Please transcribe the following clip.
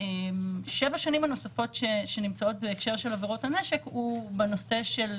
שבע השנים הנוספות שנמצאות בהקשר של עבירות הנשק הן בנושא של